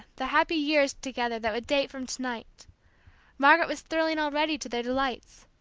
the happy years together that would date from to-night margaret was thrilling already to their delights.